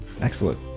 excellent